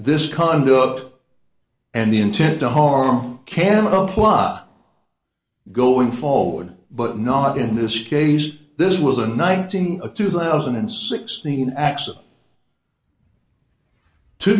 this conduct and the intent to harm can apply going forward but not in this case this was a nineteen of two thousand and sixteen